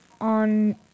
on